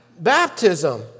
Baptism